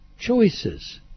Choices